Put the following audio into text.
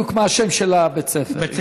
מה בדיוק שם בית הספר.